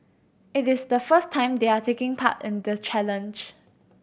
it is the first time they are taking part in the challenge